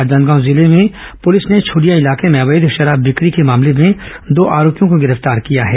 राजनांदगांव जिले में ही पुलिस ने छुरिया इलाके में अवैध शराब की बिक्री के मामले में दो आरोपियों को गिरफ्तार किया है